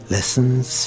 Lessons